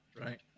right